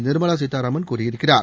நிர்மலாசீதாராமன் கூறியிருக்கிறார்